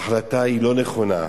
ההחלטה היא לא נכונה,